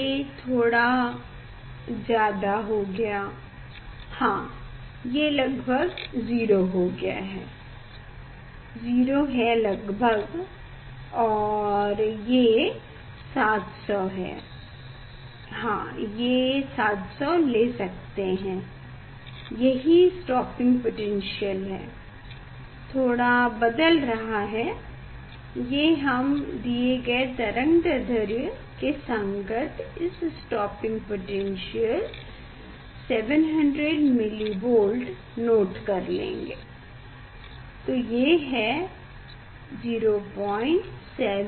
ये थोड़ा ज्यादा हो गया हाँ ये लगभग 0 हो गया 0 है लगभग और ये 700 है हाँ ये 700 ले सकते हैं यही स्टॉपिंग पोटैन्श्यल है थोड़ा बदल रहे हैं ये हम दिये गए तरंगदैढ्र्य के संगत इस स्टॉपिंग पोटैन्श्यल 700mV नोट कर लेंगे ये है 0700 V